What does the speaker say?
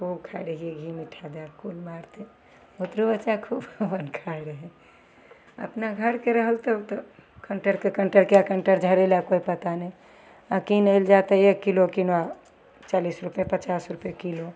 खूब खाइ रहिए घी मिठ्ठा दैके कुल मारिते बुतरु बच्चा खूब अपन खाइ रहै अपना घरके रहल तऽ ओ तऽ कण्टरके कण्टर कै कण्टर झड़ैलक कोइ पता नहि आओर किनै ले जा तऽ एक किलो किनऽ चालिसे रुपै पचास रुपै किलो